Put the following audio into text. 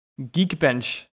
Geekbench